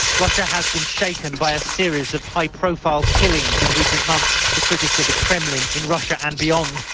russia has been shaken by a series of high profile killings in recent months. the critics of the kremlin in russia and beyond,